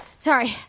sorry.